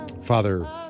Father